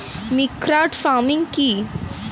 Mixed farming কি?